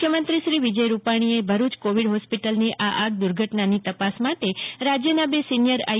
મુખ્યમંત્રીશ્રી વિજયભાઈ રૂપાણીએ ભરૂચ કોવિડ ફોસ્પિટલની આ આગ દુર્ઘટનાની તપાસ માટે રાજ્યના બે સિનિયર આઇ